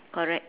correct